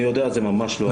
אני יודע, זה ממש לא הרבה.